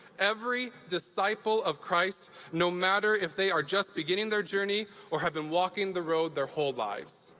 every disciple of christ no matter if they are just beginning their journey or have been walking the road their whole lives.